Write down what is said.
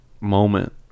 moment